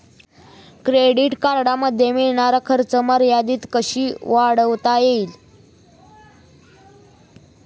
Credit कार्डमध्ये मिळणारी खर्च मर्यादा कशी वाढवता येईल?